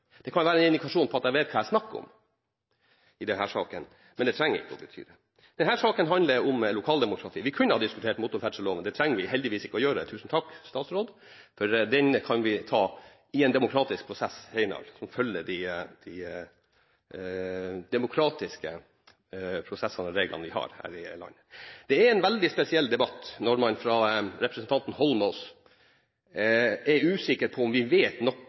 Det kan være en indikasjon på at jeg vet hva jeg snakker om i denne saken, men det trenger ikke å bety det. Denne saken handler om lokaldemokrati. Vi kunne ha diskutert motorferdselloven også, men det trenger vi heldigvis ikke å gjøre – tusen takk, statsråd! – for den kan vi ta i en demokratisk prosess senere og følge de demokratiske prosessene og reglene vi har her i landet. Det er en veldig spesiell debatt når representanten Eidsvoll Holmås er usikker på om vi vet nok